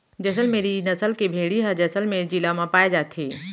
जैसल मेरी नसल के भेड़ी ह जैसलमेर जिला म पाए जाथे